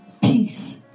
peace